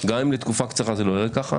גם אם לתקופה קצרה זה לא נראה כך,